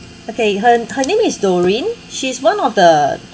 okay her her name is doreen she's one of the